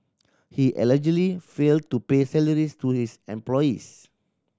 he allegedly failed to pay salaries to his employees